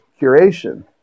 curation